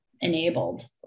enabled